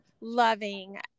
loving